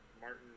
Martin